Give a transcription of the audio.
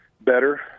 better